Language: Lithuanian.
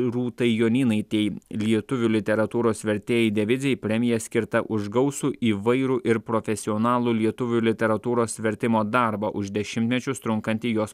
rūtai jonynaitei lietuvių literatūros vertėjai divizijai premija skirta už gausų įvairų ir profesionalų lietuvių literatūros vertimo darbą už dešimtmečius trunkantį jos